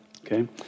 Okay